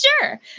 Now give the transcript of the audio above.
sure